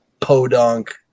podunk